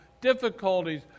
difficulties